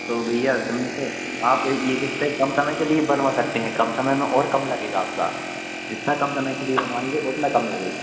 तो भैया सुनो तो आप यह यह क़िस्ते कम करने के लिए बनवा सकते हैं कम समय में और कम लगेगा आपका जितना कम करने के लिए बनवाएँगे उतना कम लगेगा